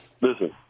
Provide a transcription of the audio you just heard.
listen